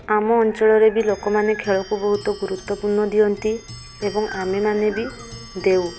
ଆମ ଅଞ୍ଚଳରେ ବି ଲୋକମାନେ ଖେଳକୁ ବହୁତ ଗୁରୁତ୍ୱପୂର୍ଣ୍ଣ ଦିଅନ୍ତି ଏବଂ ଆମେମାନେ ବି ଦେଉ